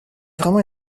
vraiment